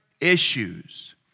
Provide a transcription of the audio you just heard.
issues